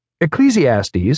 Ecclesiastes